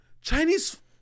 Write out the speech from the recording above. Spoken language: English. Chinese